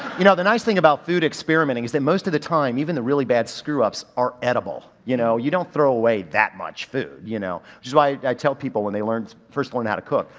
you know the nice thing about food experimenting is that most of the time even the really bad screw ups are edible. you know you don't throw away that much food, you know. which is why i tell people when they learn, first learn how to cook.